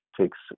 takes